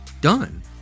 done